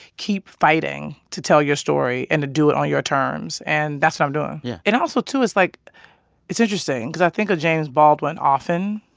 keep fighting to tell your story and to do it on your terms, and that's how i'm doing yeah and also, too, it's, like it's interesting because i think of james baldwin often,